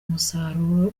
umusaruro